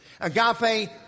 Agape